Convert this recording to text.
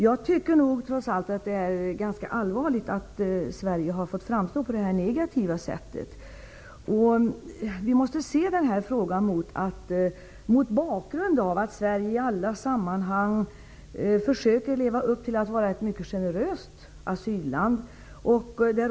Jag tycker trots allt att det är ganska allvarligt att Sverige har fått framstå på det här negativa sättet. Vi måste se den här frågan mot bakgrund av att Sverige i alla sammahang försöker leva upp till att vara ett mycket generöst asylland.